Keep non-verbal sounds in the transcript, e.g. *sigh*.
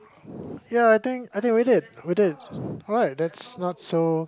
*breath* ya I think I think we did alright that's not so